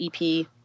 EP